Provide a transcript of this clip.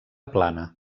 plana